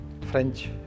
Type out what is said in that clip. French